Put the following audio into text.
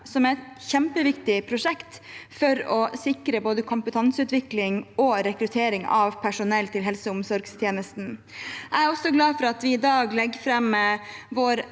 som er et kjempeviktig prosjekt for å sikre både kompetanseutvikling og rekruttering av personell til helse- og omsorgstjenesten. Jeg er også glad for at vi i dag legger fram vår